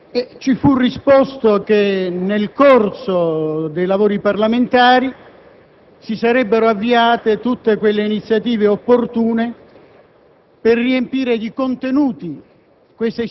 dei temi trattati e ci fu risposto che, nel corso dei lavori parlamentari, si sarebbero avviate tutte le iniziative opportune